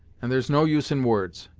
and there's no use in words.